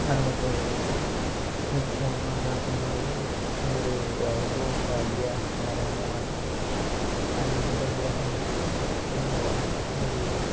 అనుమతి ఇవ్వదంటే మీరు ఫోన్ మాట్లాడుతున్నారు మీరు ఎవరికో ఫ్రాడ్గా వేస్తన్నారేమో అని అది ముందే గ్రహించి వేయనివ్వదు అది